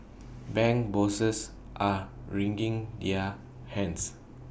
bank bosses are wringing their hands